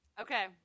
Okay